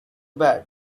bad